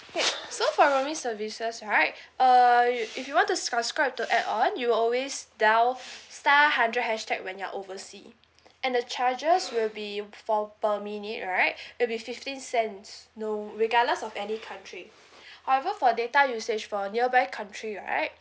okay so for roaming services right err if if you want to subscribe to add on you always dial star hundred hashtag when you're oversea and the charges will be for per minute right it'll be fifteen cents no regardless of any country however for data usage for nearby country right